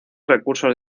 recursos